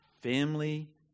family